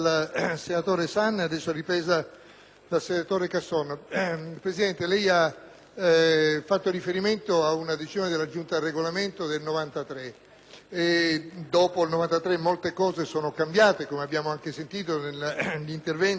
Presidente, lei ha fatto riferimento ad una decisione della Giunta del Regolamento del 1993. Dopo il 1993 molte cose sono cambiate, come abbiamo sentito negli interventi che si sono succeduti.